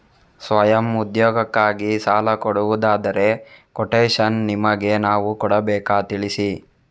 ಸ್ವಯಂ ಉದ್ಯೋಗಕ್ಕಾಗಿ ಸಾಲ ಕೊಡುವುದಾದರೆ ಕೊಟೇಶನ್ ನಿಮಗೆ ನಾವು ಕೊಡಬೇಕಾ ತಿಳಿಸಿ?